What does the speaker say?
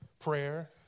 prayer